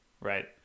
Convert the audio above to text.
right